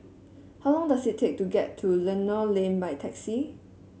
how long does it take to get to Lentor Lane by taxi